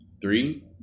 Three